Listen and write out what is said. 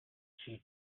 she